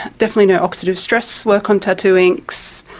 definitely no oxidative stress work on tattoo inks.